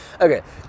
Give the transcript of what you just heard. Okay